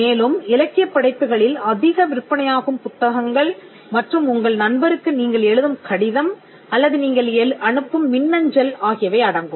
மேலும் இலக்கியப் படைப்புகளில் அதிக விற்பனையாகும் புத்தகங்கள் மற்றும் உங்கள் நண்பருக்கு நீங்கள் எழுதும் கடிதம் அல்லது நீங்கள் அனுப்பும் மின்னஞ்சல் ஆகியவை அடங்கும்